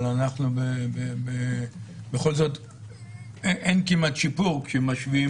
אבל בכל זאת אין כמעט שיפור כשמשווים,